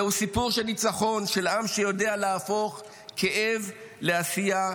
זהו סיפור של ניצחון של עם שיודע להפוך כאב לעשייה,